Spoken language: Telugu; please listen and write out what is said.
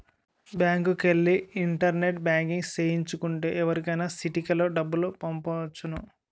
బ్యాంకుకెల్లి ఇంటర్నెట్ బ్యాంకింగ్ సేయించు కుంటే ఎవరికైనా సిటికలో డబ్బులు పంపొచ్చును